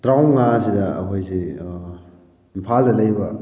ꯇꯔꯥꯃꯉꯥ ꯑꯁꯤꯗ ꯑꯩꯈꯣꯏꯁꯤ ꯏꯝꯐꯥꯜꯗ ꯂꯩꯕ